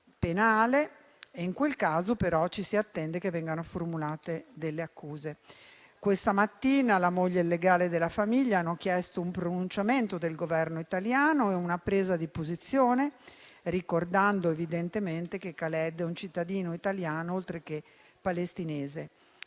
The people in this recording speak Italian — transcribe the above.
penale. In quel caso però ci si attende che vengano formulate delle accuse. Questa mattina la moglie e il legale della famiglia hanno chiesto un pronunciamento del Governo italiano e una presa di posizione, ricordando evidentemente che Khaled è un cittadino italiano oltre che palestinese.